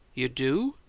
you do?